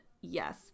yes